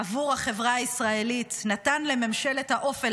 עבור החברה הישראלית נתן לממשלת האופל